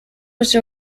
was